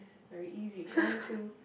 very easy one two